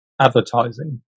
advertising